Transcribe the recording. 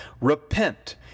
repent